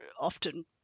often